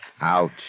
Ouch